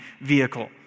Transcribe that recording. vehicle